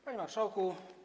Panie Marszałku!